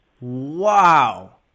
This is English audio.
Wow